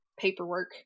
paperwork